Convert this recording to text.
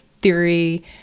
theory